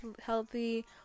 healthy